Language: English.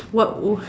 what would